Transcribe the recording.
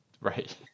right